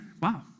wow